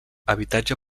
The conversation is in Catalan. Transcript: habitatge